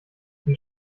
die